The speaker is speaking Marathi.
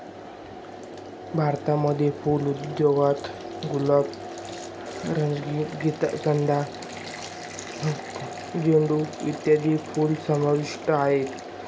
भारतामध्ये फुल उद्योगात गुलाब, रजनीगंधा, कार्नेशन, झेंडू इत्यादी फुलं समाविष्ट आहेत